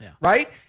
right